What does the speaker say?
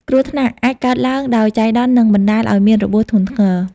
គ្រោះថ្នាក់អាចកើតឡើងដោយចៃដន្យនិងបណ្តាលឱ្យមានរបួសធ្ងន់ធ្ងរ។